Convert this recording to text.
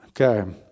Okay